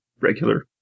regular